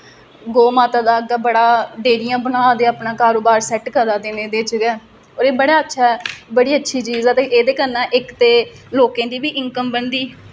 गौऽ माता दा अग्गें बड़ा डेयरियां बना दे अग्गें कारोबार सेट करा दे न एह्दे बिच गै होर एह् बड़ा अच्छा ऐ बड़ी अच्छी चीज़ ऐ ते एह्दे कन्नै इक ते लोकें दी बी इंकम बनदी